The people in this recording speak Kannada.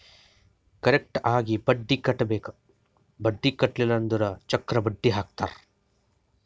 ಕರೆಕ್ಟ್ ಆಗಿ ಬಡ್ಡಿ ಕಟ್ಟಬೇಕ್ ಬಡ್ಡಿ ಕಟ್ಟಿಲ್ಲ ಅಂದುರ್ ಚಕ್ರ ಬಡ್ಡಿ ಹಾಕ್ತಾರ್